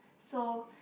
so